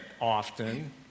often